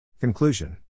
Conclusion